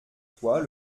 toi